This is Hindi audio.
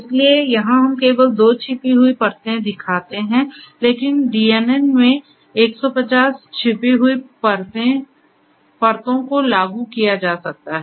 इसलिए यहां हम केवल 2 छिपी हुई परतें दिखाते हैं लेकिन DNN में 150 छिपी हुई परतों को लागू किया जा सकता है